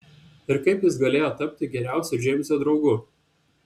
ir kaip jis galėjo tapti geriausiu džeimso draugu